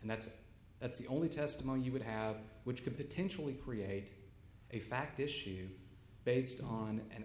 and that's it that's the only testimony you would have which could potentially create a fact issue based on an